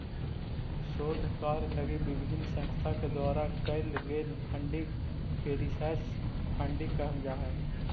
शोध कार्य लगी विभिन्न संस्था के द्वारा कैल गेल फंडिंग के रिसर्च फंडिंग कहल जा हई